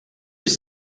was